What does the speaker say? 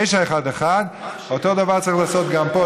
911. 911. אותו דבר צריך לעשות גם פה.